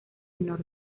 norte